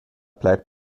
bleibt